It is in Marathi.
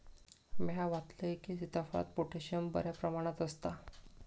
म्या वाचलंय की, सीताफळात पोटॅशियम बऱ्या प्रमाणात आसता